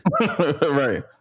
Right